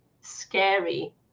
scary